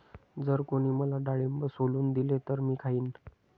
जर कोणी मला डाळिंब सोलून दिले तर मी खाईन